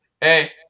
hey